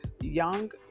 young